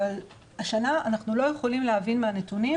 אבל השנה אנחנו לא יכולים להבין מהנתונים